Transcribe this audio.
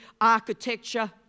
architecture